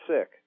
sick